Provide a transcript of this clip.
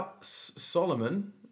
Solomon